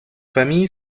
famile